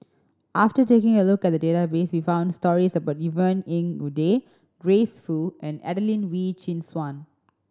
after taking a look at the database we found stories about Yvonne Ng Uhde Grace Fu and Adelene Wee Chin Suan